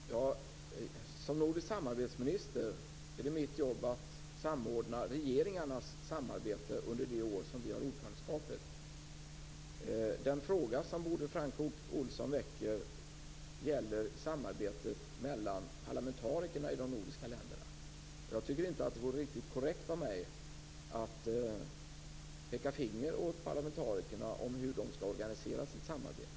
Fru talman! Som nordisk samarbetsminister är mitt jobb att samordna regeringarnas samarbete under det år som vi har ordförandeskapet. Den fråga som Bodil Francke Ohlsson väcker gäller samarbetet mellan parlamentarikerna i de nordiska länderna. Jag tycker inte att det vore riktigt korrekt av mig att peka finger åt parlamentarikerna om hur de skall organisera sitt samarbete.